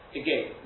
again